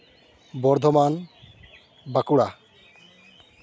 Bardhaman Bankura